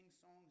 songs